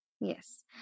Yes